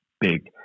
big